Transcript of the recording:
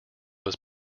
was